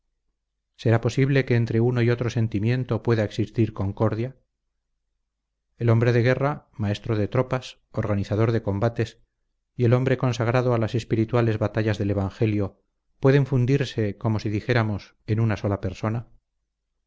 será posible que entre uno y otro sentimiento pueda existir concordia el hombre de guerra maestro de tropas organizador de combates y el hombre consagrado a las espirituales batallas del evangelio pueden fundirse como si dijéramos en una sola persona